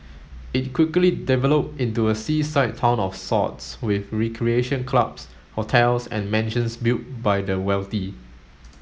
it quickly developed into a seaside town of sorts with recreation clubs hotels and mansions built by the wealthy